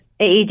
AED